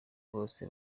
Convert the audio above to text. bose